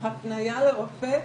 יעילה ובעיקר